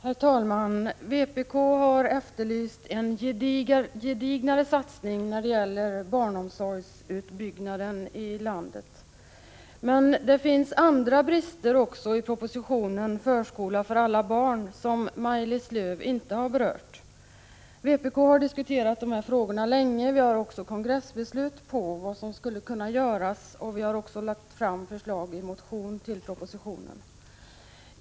Herr talman! Vpk har efterlyst en gedignare satsning när det gäller barnomsorgsutbyggnaden i landet. Men det finns även andra brister i propositionen om förskola för alla barn som Maj-Lis Lööw inte har berört. Vpk har diskuterat de här frågorna länge. Vi har också kongressbeslut på vad som skulle kunna göras, och vi har lagt fram förslag i en motion i anslutning till propositionen.